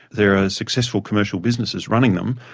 there are successful commercial businesses running them,